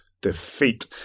defeat